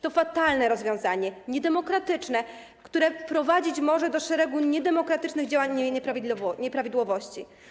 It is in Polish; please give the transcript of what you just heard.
To fatalne rozwiązanie, niedemokratyczne, które prowadzić może do szeregu niedemokratycznych działań i nieprawidłowości.